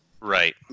Right